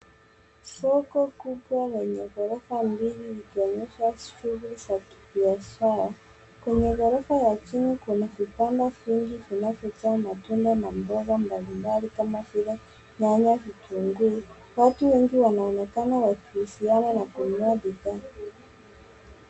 Soko kubwa lenye ghorofa mbili likionyehsa shughuli za kibiashara. Kwenye ghorofa ya chini kuna vibanda vingi vinavyojaa matunda na mboga mbalimbali kama vile nyanya, vitunguu. Watu wengi wanaonekana wakihusiana na kununua bidhaa.